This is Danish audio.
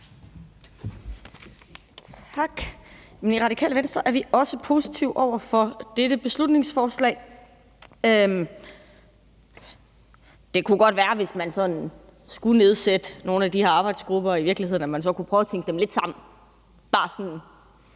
Tak. I Radikale Venstre er vi også positive over for dette beslutningsforslag. Det kunne godt være, at man, hvis man sådan skulle nedsætte nogle af de her arbejdsgrupper i virkeligheden, så kunne prøve at tænke dem lidt sammen, bare sådan